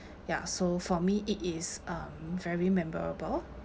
ya so for me it is um very memorable